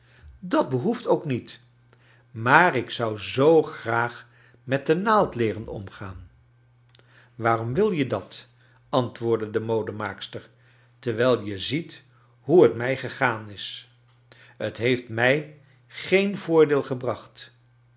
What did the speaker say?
dat behoeft ook niet maar ik zou zoo graag met de naald leeren omgaan waaroin wil je dat antwoordde de modemaakster t rwijl je ziet hoe t mij gegaan is t heeft mij geen voordeel aangebracht